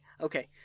okay